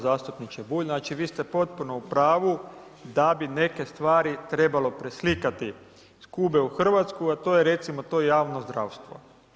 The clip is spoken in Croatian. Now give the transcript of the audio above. Zastupniče Bulj, znači vi ste potpuno u pravu da bi neke stvari trebalo preslikati iz Kube u Hrvatsku a to je recimo to javno zdravstvo.